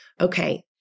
okay